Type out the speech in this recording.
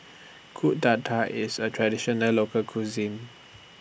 Kuih Dadar IS A Traditional Local Cuisine